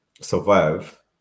survive